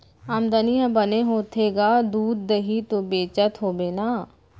आमदनी ह बने होथे गा, दूद, दही तो बेचत होबे ना?